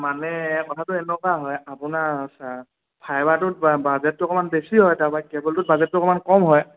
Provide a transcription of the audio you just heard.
মানে কথাটো এনেকুৱা হয় আপোনাৰ ফাইবাৰটোত বাজেটটো অকণমান বেছি হয় তাৰপৰা কেবুলটোত বাজেটটো অকণমান কম হয়